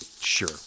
sure